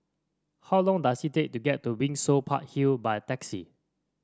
how long does it take to get to Windsor Park Hill by taxi